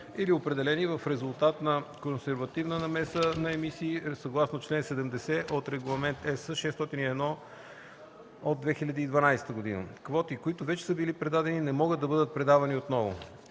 или определени в резултат на консервативна оценка на емисии съгласно чл. 70 от Регламент (ЕС) № 601/2012. Квоти, които вече са били предадени, не могат да бъдат предавани отново.